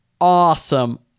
awesome